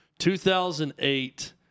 2008